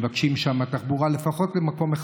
שמבקשים שם תחבורה לפחות למקום אחד,